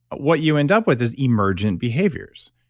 what you end up with is emergent behaviors,